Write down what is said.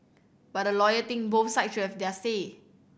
but a lawyer think both sides should have their say